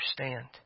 understand